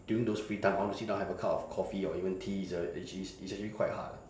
during those free time I want to sit down have a cup of coffee or even tea it's uh it's it's actually quite hard ah